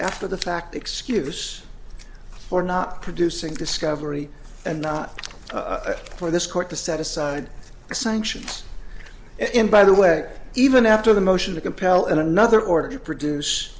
after the fact excuse for not producing discovery and not for this court to set aside a sanction in by the way even after the motion to compel in another order to produce